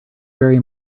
very